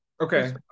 Okay